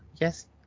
Yes